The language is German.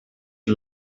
die